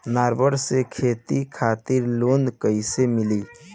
नाबार्ड से खेती खातिर लोन कइसे मिली?